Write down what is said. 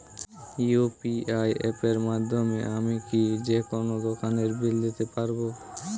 UPI অ্যাপের মাধ্যমে আমি কি যেকোনো দোকানের বিল দিতে পারবো?